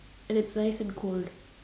and it's nice and cold